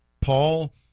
Paul